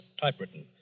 typewritten